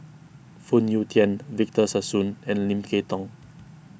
Phoon Yew Tien Victor Sassoon and Lim Kay Tong